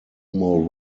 more